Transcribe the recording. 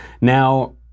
Now